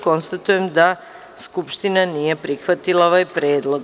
Konstatujem da Skupština nije prihvatila ovaj predlog.